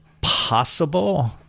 possible